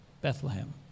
Bethlehem